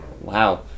wow